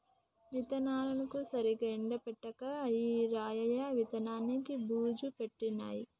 విత్తనాలను సరిగా ఎండపెట్టక ఈరయ్య విత్తనాలు బూజు పట్టినాయి